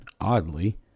oddly